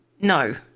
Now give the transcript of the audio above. no